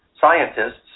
scientists